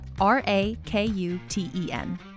R-A-K-U-T-E-N